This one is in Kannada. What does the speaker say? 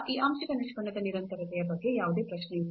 ಈ ಆಂಶಿಕ ನಿಷ್ಪನ್ನದ ನಿರಂತರತೆಯ ಬಗ್ಗೆ ಯಾವುದೇ ಪ್ರಶ್ನೆಯಿಲ್ಲ